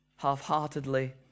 half-heartedly